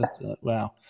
Wow